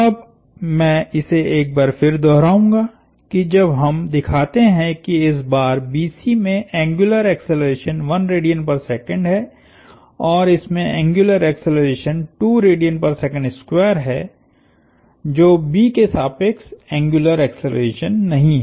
अब मैं इसे एक बार फिर दोहराऊंगा कि जब हम दिखाते हैं कि इस बार BC में एंग्युलर एक्सेलरेशनहै और इसमें एंग्युलर एक्सेलरेशन है जो B के सापेक्ष एंग्युलर एक्सेलरेशन नहीं है